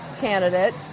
candidate